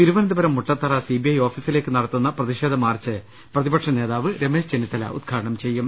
Thiruvananthapuram Muttathara C B I ഓഫീസിലേക്ക് നടത്തുന്ന പ്രതിഷേധ മാർച്ച് പ്രതിപക്ഷനേതാവ് രമേശ് ചെന്നി ത്തല ഉദ്ഘാടനം ചെയ്യും